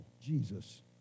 Jesus